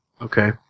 Okay